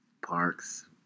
parks